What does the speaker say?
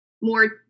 more